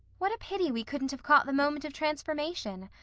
what a pity we couldn't have caught the moment of transformation.